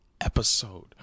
episode